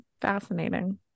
fascinating